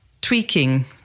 tweaking